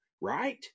right